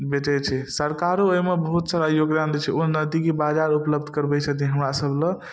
बेचै छै सरकारो ओइमे बहुत सारा योगदान दै छै उन्नतिके बाधा उपलब्ध करबै छथिन हमरा सब लऽ